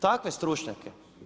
Takve stručnjake?